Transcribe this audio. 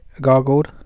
gargled